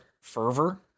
fervor